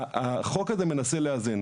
החוק הזה מנסה לאזן.